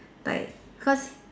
like because